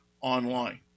online